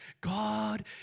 God